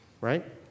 right